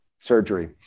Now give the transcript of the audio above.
surgery